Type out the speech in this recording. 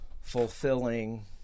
fulfilling